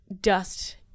dust